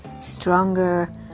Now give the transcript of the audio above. stronger